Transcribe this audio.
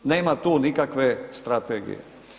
Nema tu nikakve strategije.